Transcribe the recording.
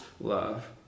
love